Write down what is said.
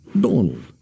Donald